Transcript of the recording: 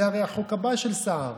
זה הרי החוק הבא של סער,